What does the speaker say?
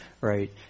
Right